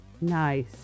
nice